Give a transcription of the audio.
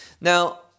now